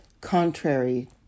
contrary